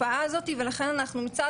כבר מגילאי יסודי,